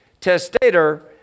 testator